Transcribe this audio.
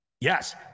Yes